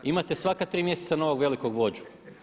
Imate svaka tri mjeseca novog velikog vođu.